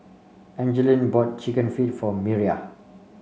Angeline bought chicken feet for Miriah